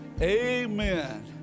amen